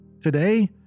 Today